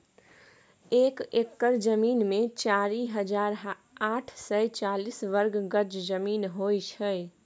एक एकड़ जमीन मे चारि हजार आठ सय चालीस वर्ग गज जमीन होइ छै